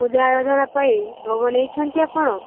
ପୂଜା ଆରଧନା ପାଇଁ ଭୋଗ ନେଇଛନ୍ତି ଆପଣ